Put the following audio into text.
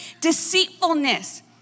deceitfulness